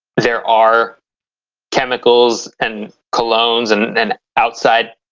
there are chemicals and colognes, and then outside,